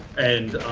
and